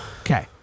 Okay